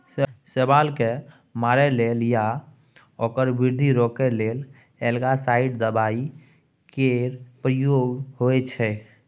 शैबाल केँ मारय लेल या ओकर बृद्धि रोकय लेल एल्गासाइड दबाइ केर प्रयोग होइ छै